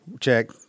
check